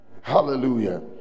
Hallelujah